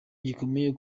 gikomeye